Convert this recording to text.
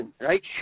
right